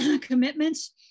Commitments